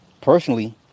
personally